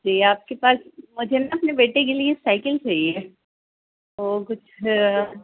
جی آپ کے پاس مجھے نا اپنے بیٹے کے لیے سائیکل چاہیے اور کچھ